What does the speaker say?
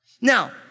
Now